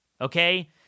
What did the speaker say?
Okay